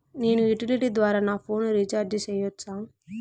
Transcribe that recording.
నేను యుటిలిటీ ద్వారా నా ఫోను రీచార్జి సేయొచ్చా?